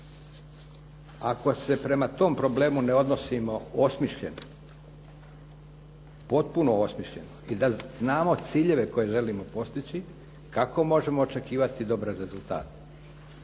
Ako se prema tom problemu ne odnosimo osmišljeno, potpuno osmišljeno i da znamo ciljeve koje želimo postići kako možemo očekivati dobre rezultate.